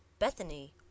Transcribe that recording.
Bethany